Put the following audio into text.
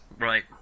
right